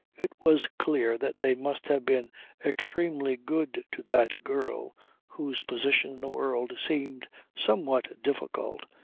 it was clear that they must have been extremely good to that girl whose position in the world seemed somewhat difficult,